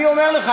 אני אומר לך,